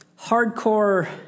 hardcore